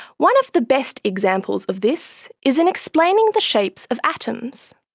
one of the best examples of this is in explaining the shapes of atoms.